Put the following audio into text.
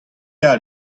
all